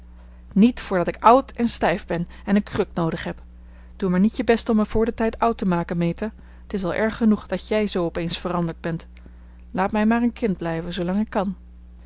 niet voordat ik oud en stijf ben en een kruk noodig heb doe maar niet je best om me voor den tijd oud te maken meta het is al erg genoeg dat jij zoo op eens veranderd bent laat mij maar een kind blijven zoolang ik kan